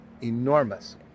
enormous